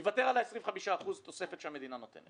יוותר על ה-25% תוספת שהמדינה נותנת.